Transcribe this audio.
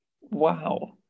Wow